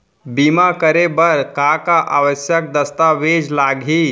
बीमा करे बर का का आवश्यक दस्तावेज लागही